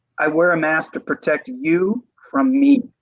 i wear a mask to protect you from me.